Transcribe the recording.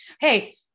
Hey